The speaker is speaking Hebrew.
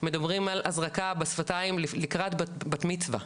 מדברים על הזרקה בשפתיים לקראת בת מצווה.